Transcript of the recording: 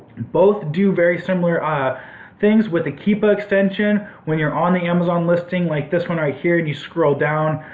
both do very similar ah things, with the keepa extension when you're on the amazon listing like this one right here and you scroll down,